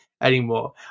anymore